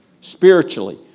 Spiritually